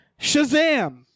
shazam